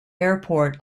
airport